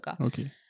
okay